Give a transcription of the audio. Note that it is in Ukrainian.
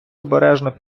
обережно